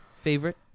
favorite